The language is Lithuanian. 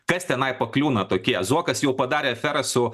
kas tenai pakliūna tokie zuokas jau padarė aferą su